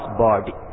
body –